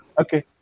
Okay